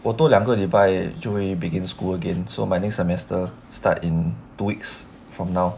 我多两个礼拜就会 begin school again so my next semester start in two weeks from now